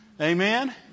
amen